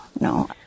no